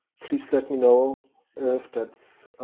please let me know if that's